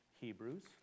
Hebrews